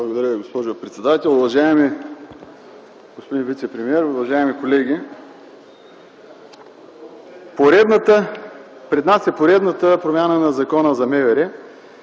Благодаря Ви, госпожо председател. Уважаеми господин вицепремиер, уважаеми колеги! Пред нас е поредната промяна на Закона за МВР,